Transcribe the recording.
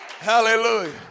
Hallelujah